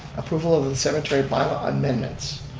approval of of the cemetery bylaw amendments.